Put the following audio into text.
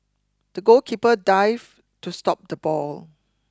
the goalkeeper dived to stop the ball